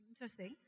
interesting